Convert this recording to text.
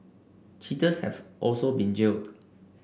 cheaters has also been jailed